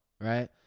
Right